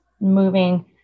moving